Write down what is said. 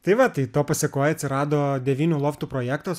tai va tai to pasėkoj atsirado devynių loftų projektas